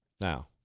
Now